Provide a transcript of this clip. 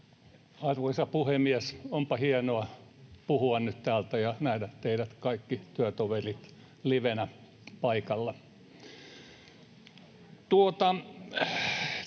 Arvoisa puhemies! Onpa hienoa puhua nyt täältä ja nähdä teidät kaikki työtoverit livenä paikalla.